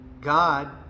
God